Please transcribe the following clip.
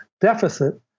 deficit